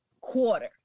quarter